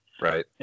Right